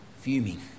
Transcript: fuming